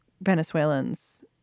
Venezuelans